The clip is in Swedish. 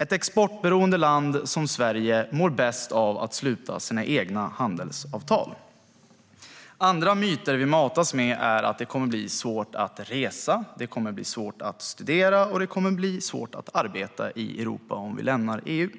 Ett exportberoende land som Sverige mår bäst av att sluta sina egna handelsavtal. Andra myter vi matas med är att det kommer att bli svårt att resa, studera och arbeta i Europa om vi lämnar EU.